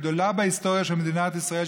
הגדולה בהיסטוריה של מדינת ישראל,